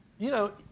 you know,